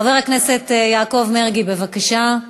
חבר הכנסת יעקב מרגי, בבקשה.